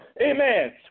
Amen